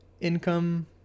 income